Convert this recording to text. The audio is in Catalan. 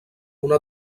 una